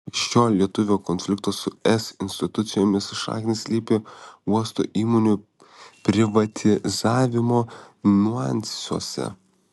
šio lietuvių konflikto su es institucijomis šaknys slypi uosto įmonių privatizavimo niuansuose